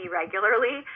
regularly